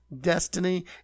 destiny